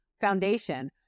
foundation